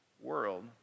world